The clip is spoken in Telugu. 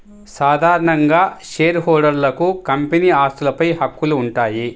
సాధారణ షేర్హోల్డర్లకు కంపెనీ ఆస్తులపై హక్కులు ఉంటాయి